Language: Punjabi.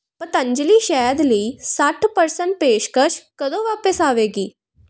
ਪਤੰਜਲੀ ਸ਼ਹਿਦ ਲਈ ਸੱਠ ਪ੍ਰਸੈਂਟ ਪੇਸ਼ਕਸ਼ ਕਦੋਂ ਵਾਪਸ ਆਵੇਗੀ